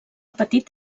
petit